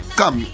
come